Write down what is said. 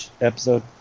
episode